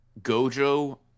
Gojo